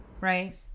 Right